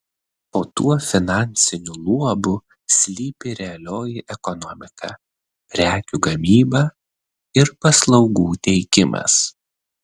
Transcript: po tuo finansiniu luobu slypi realioji ekonomika prekių gamyba ir paslaugų teikimas